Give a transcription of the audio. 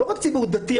לא רק ציבור דתי,